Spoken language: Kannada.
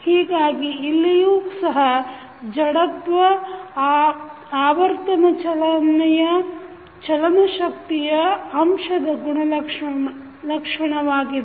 ಹೀಗಾಗಿ ಇಲ್ಲಿಯೂ ಸಹ ಜಡತ್ವ ಆವರ್ತನ ಚಲನೆಯ ಚಲನಶಕ್ತಿಯ ಅಂಶದ ಗುಣಲಕ್ಷಣವಾಗಿದೆ